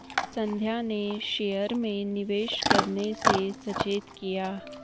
संध्या ने शेयर में निवेश करने से सचेत किया